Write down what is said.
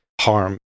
harm